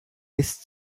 bis